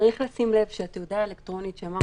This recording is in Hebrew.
צריך לשים לב שהתעודה האלקטרונית שמר